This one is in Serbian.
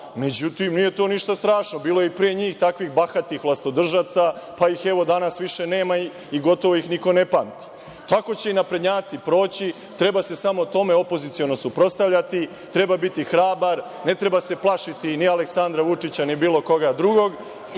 međutim, nije to ništa strašno. Bilo je i pre njih takvih bahatih vlastodržaca, pa ih, evo, danas više nema i gotovo ih niko ne pamti. Tako će i naprednjaci proći. Treba se samo tome opoziciono suprotstavljati, treba biti hrabar, ne treba se plašiti ni Aleksandra Vučića ni bilo koga drugog.